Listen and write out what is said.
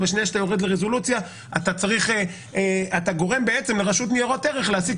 ובשנייה שאתה יורד לרזולוציה אתה גורם לרשות לניירות ערך להעסיק